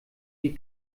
die